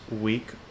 week